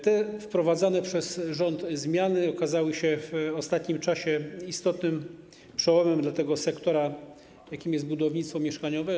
Te wprowadzone przez rząd zmiany okazały się w ostatnim czasie istotnym przełomem dla sektora, jakim jest budownictwo mieszkaniowe.